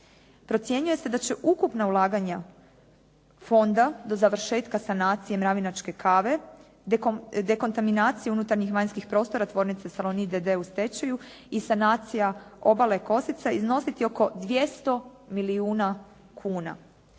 Procjenjuje se da će ukupna ulaganja fonda do završetka sanacije “mravinačke kave“ dekontaminacijom unutarnjih i vanjskih prostora tvornice “Salonit“ d.d. u stečaju i sanacija “obale Kosica“ iznositi oko 200 milijuna kuna.